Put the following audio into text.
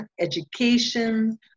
education